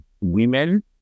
women